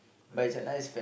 where is it